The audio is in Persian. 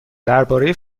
درباره